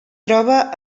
troba